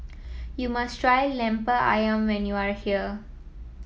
you must try lemper ayam when you are here